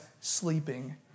sleeping